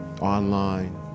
online